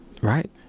Right